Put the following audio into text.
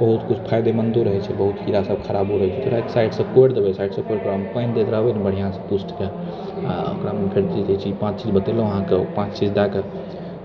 बहुत किछु फायदेमन्दो रहैत छै बहुत कीड़ा सभ खराबो रहैत छै साइडसँ कोरि देबै साइडसँ कोरिके साइडसँ कोरिकऽ ओकरामे पानि दैत रहबै ने बढ़िआँसँ पुष्टके आओर ओकरामे फेर पाँच चीज बतेलहुँ है अहाँके ओ पाँच चीज दै कऽ